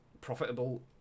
profitable